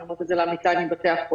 אני אומרת את זה לעמיתיי מבתי החולים,